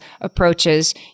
approaches